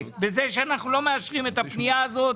בזה שאנחנו לא מאשרים את הפנייה הזאת.